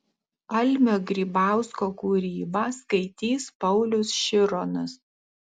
almio grybausko kūrybą skaitys paulius šironas